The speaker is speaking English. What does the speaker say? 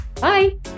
Bye